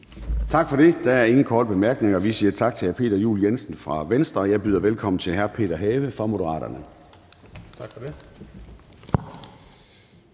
Tak for det. Der er ingen korte bemærkninger. Vi siger tak til hr. Peter Juel-Jensen fra Venstre. Jeg byder velkommen til hr. Peter Have fra Moderaterne. Kl.